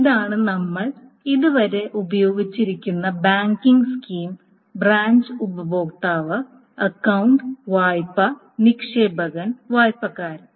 ഇതാണ് നമ്മ ഇതുവരെ ഉപയോഗിച്ചിരുന്ന ബാങ്കിംഗ് സ്കീം ബ്രാഞ്ച് ഉപഭോക്താവ് അക്കൌണ്ട് വായ്പ നിക്ഷേപകൻ വായ്പക്കാരൻ